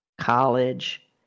college